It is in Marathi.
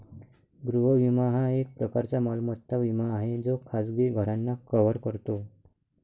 गृह विमा हा एक प्रकारचा मालमत्ता विमा आहे जो खाजगी घरांना कव्हर करतो